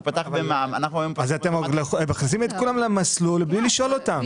הוא פתח במע"מ --- אז אתם מכניסים את כולם למסלול בלי לשאול אותם.